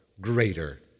greater